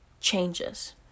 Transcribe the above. changes